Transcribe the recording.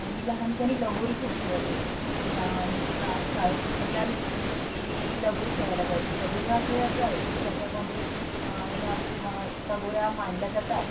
मी लहानपणी लगोरी खूप खेळत होती म्हणजे सा शाळेतून घरी आली की लगोरी खेळायला जायची लगोरी हा खेळ असा आहे की त्याच्यामध्ये ह्या म लगोऱ्या मांडल्या जातात